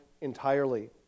entirely